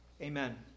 Amen